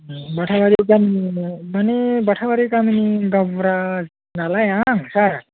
बाथाबारि गामिनिनो मानि बाथाबारि गामिनि गावबुरा नालाय आं सार